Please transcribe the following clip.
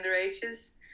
underages